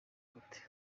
gute